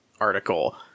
article